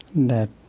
that